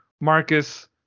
marcus